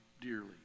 dearly